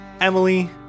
Emily